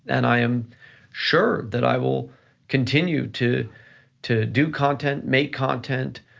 and i am sure that i will continue to to do content, make content